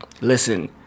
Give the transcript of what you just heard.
Listen